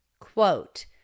quote